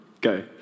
Go